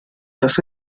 los